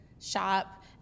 shop